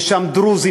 יש שם דרוזים,